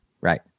Right